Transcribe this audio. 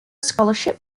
scholarship